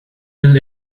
till